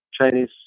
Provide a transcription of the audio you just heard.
Chinese